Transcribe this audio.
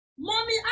Mommy